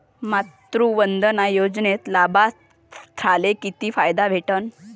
मातृवंदना योजनेत लाभार्थ्याले किती फायदा भेटन?